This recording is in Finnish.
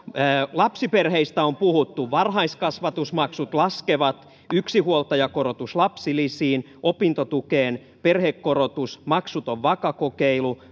lapsiperheistä on puhuttu varhaiskasvatusmaksut laskevat yksinhuoltajakorotus lapsilisiin opintotukeen perhekorotus maksuton vaka kokeilu